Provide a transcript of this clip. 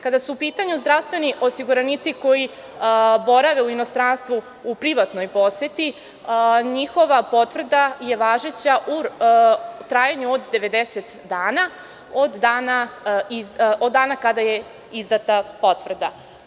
Kada su u pitanju zdravstveni osiguranici koji borave u inostranstvu u privatnoj poseti, njihova potvrda je važeća u trajanju 90 dana od dana kada je izdata potvrda.